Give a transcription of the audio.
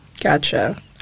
Gotcha